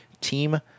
Team